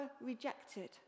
rejected